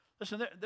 Listen